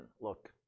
look